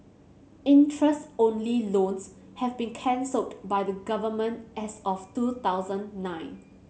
interest only loans have been cancelled by the Government as of two thousand nine